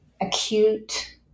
acute